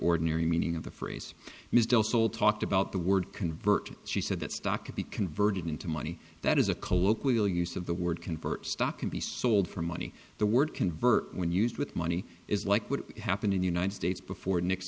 ordinary meaning of the phrase ms del sol talked about the word convert she said that stock could be converted into money that is a colloquial use of the word convert stock can be sold for money the word convert when used with money is like what happened in the united states before n